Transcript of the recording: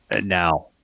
Now